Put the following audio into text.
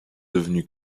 devenu